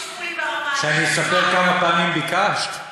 שאני אספר כמה פעמים ביקשת?